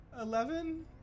Eleven